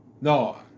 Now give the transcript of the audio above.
No